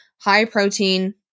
high-protein